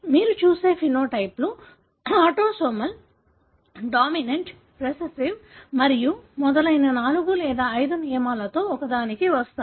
మీరు చూసే ఫెనోటైప్ లు ఆటోసోమల్ డామినెంట్ రిసెసివ్ మరియు మొదలైన నాలుగు లేదా ఐదు నియమాలలో ఒకదానికి వస్తాయి